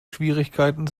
schwierigkeiten